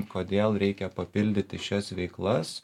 kodėl reikia papildyti šias veiklas